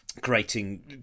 creating